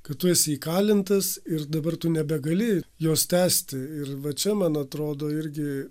kad tu esi įkalintas ir dabar tu nebegali jos tęsti ir va čia man atrodo irgi